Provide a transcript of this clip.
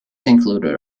included